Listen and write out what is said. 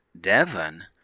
Devon